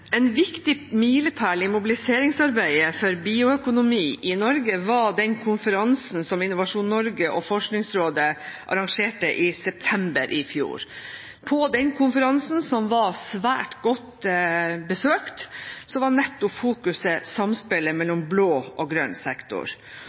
Innovasjon Norge og Forskningsrådet arrangerte i september i fjor. På den konferansen, som var svært godt besøkt, var nettopp fokuset samspillet mellom blå og grønn sektor,